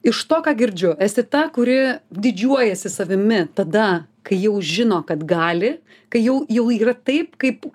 iš to ką girdžiu esi ta kuri didžiuojasi savimi tada kai jau žino kad gali kai jau jau yra taip kaip